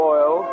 Oil